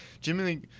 Jimmy –